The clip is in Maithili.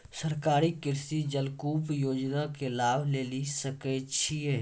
सरकारी कृषि जलकूप योजना के लाभ लेली सकै छिए?